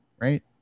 Right